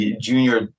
junior